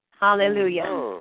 hallelujah